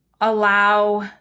allow